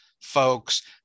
folks